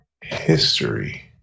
history